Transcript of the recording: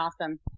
awesome